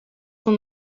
son